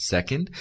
Second